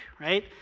right